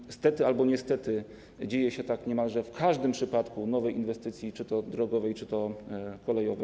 I stety albo niestety dzieje się tak niemalże w każdym przypadku nowej inwestycji czy to drogowej, czy to kolejowej.